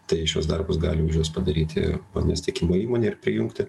tai šiuos darbus galim už juos padaryti vandens tiekimo įmonė ir prijungti